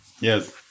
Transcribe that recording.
yes